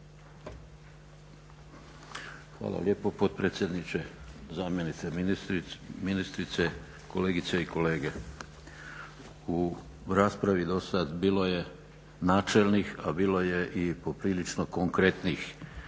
Hvala lijepo potpredsjedniče, zamjenice ministrice, kolegice i kolege. U raspravi dosad bilo je načelnih ali bilo je i poprilično konkretnih